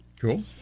Cool